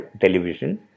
television